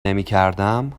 نمیکردم